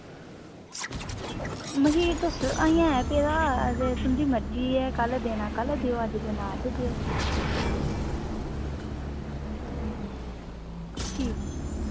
मखीर तुस अजें है पेदा ते तुंदी मर्जी ऐ कल देना कल देओ अज्ज देना अज्ज देओ ठीक